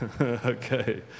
Okay